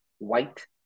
white